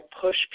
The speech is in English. push